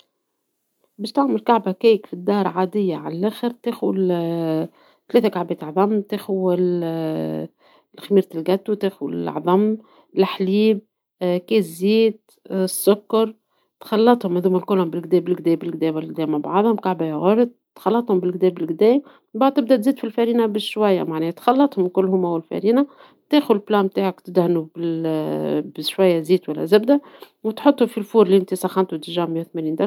باش تعمل كعبة كعكة عادية علخر ، تاخو 3 كعبات عظم، تاخو خميرة الحلويات ، تاخو العظم ، الحليب ، كاس زيت ، سكر ، تخلطهم هذوما الكل بالقدا بالقدا بالقدا مع بعضهم ، كعبة ياغورت ، تخلطهم بالقدا بالقدا مع بعضهم ، من بعد تزيد الفرينة بالشوية ، تخلطهم كلهم وهوما والفرينة ، تاخو القالب نتاعك وتدهنوا بشوية زيت ولا زبدة وتحطوا في الفرن لي أنت سخنتوا 180 درجة.